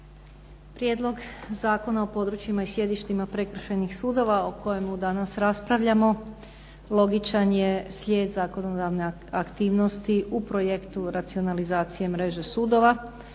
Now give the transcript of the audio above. Prijedlog zakona o područjima i sjedištima prekršajnih sudova o kojemu danas raspravljamo logičan je slijed zakonodavne aktivnosti u projektu racionalizacije mreže sudova,